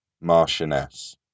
Marchioness